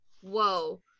whoa